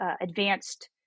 advanced